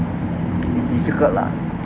it's difficult lah